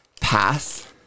pass